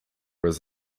was